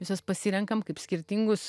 visos pasirenkam kaip skirtingus